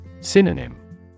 Synonym